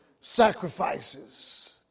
sacrifices